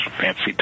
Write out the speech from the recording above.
fancy